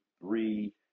three